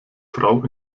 frau